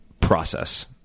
process